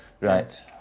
Right